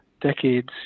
decades